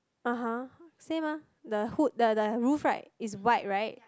uh (huh) same ah the hood the the roof right is white right